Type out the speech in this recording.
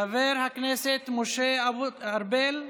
חבר הכנסת משה ארבל.